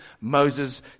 Moses